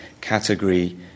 category